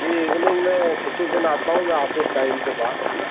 जी evening में किसी दिन आता हूँ मैं आफ़िस टाइम के बाद है ना